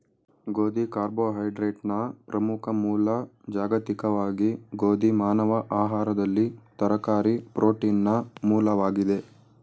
ಗೋಧಿ ಕಾರ್ಬೋಹೈಡ್ರೇಟ್ನ ಪ್ರಮುಖ ಮೂಲ ಜಾಗತಿಕವಾಗಿ ಗೋಧಿ ಮಾನವ ಆಹಾರದಲ್ಲಿ ತರಕಾರಿ ಪ್ರೋಟೀನ್ನ ಮೂಲವಾಗಿದೆ